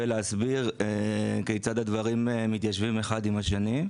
ולהסביר כיצד הדברים מתיישבים אחד עם השני.